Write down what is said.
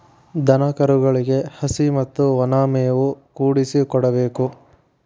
ದನಕರುಗಳಿಗೆ ಹಸಿ ಮತ್ತ ವನಾ ಮೇವು ಕೂಡಿಸಿ ಕೊಡಬೇಕ